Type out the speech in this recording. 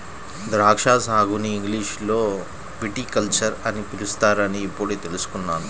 ద్రాక్షా సాగుని ఇంగ్లీషులో విటికల్చర్ అని పిలుస్తారని ఇప్పుడే తెల్సుకున్నాను